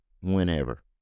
whenever